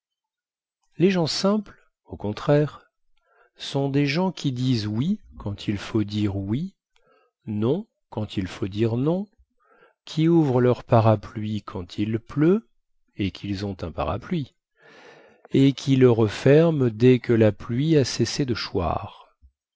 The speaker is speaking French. les gens simples au contraire sont des gens qui disent oui quand il faut dire oui non quand il faut dire non qui ouvrent leur parapluie quand il pleut et quils ont un parapluie et qui le referment dès que la pluie a cessé de choir